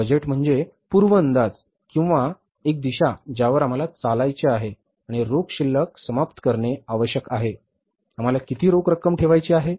budget म्हणजे पूर्व अंदाज किंवा एक दिशा ज्यावर आम्हाला चालायचे आहे आणि रोख शिल्लक समाप्त करणे आवश्यक आहे आम्हाला किती रोख रक्कम ठेवायची आहे